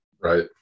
right